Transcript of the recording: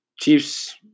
Chiefs